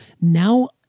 Now